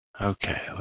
Okay